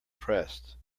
pressed